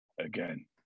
again